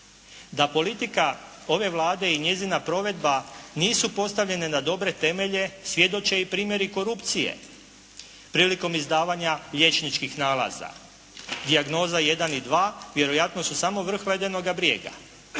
Da politika ove Vlade i njezina provedba nisu postavljene na dobre temelje svjedoče i primjeri korupcije prilikom izdavanja liječničkih nalaza. Dijagnoza 1 i 2 vjerojatno su samo vrh ledenoga brijega.